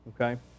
Okay